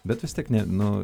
bet vis tiek ne nu